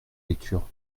lecture